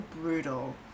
brutal